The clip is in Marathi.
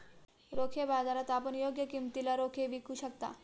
रोखे बाजारात आपण योग्य किमतीला रोखे विकू शकता